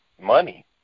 money